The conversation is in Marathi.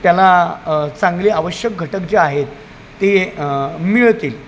त्याला चांगले आवश्यक घटक जे आहेत ते मिळतील